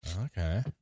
Okay